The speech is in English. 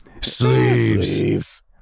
Sleeves